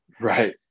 Right